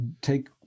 take